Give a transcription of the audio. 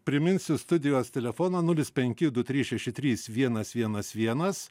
priminsiu studijos tel nulis penki du trys šeši trys vienas vienas vienas